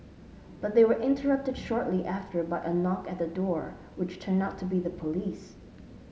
but they were interrupted shortly after by a knock at the door which turned out to be the police